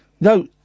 No